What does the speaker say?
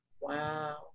Wow